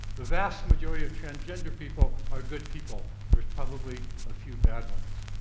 the vast majority of transgender people are good people, there is probably a few bad ones.